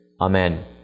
Amen